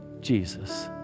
Jesus